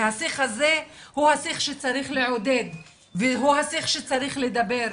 השיח הזה הוא השיח שצריך לעודד והוא השיח שצריך לדבר.